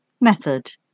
method